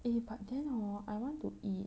eh but then hor I want to eat